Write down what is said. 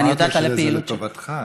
ואני יודעת על הפעילות שלו.